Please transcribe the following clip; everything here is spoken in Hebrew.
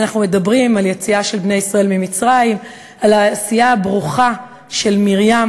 אנחנו מדברים על היציאה של בני ישראל ממצרים,